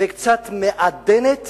וקצת מעדנת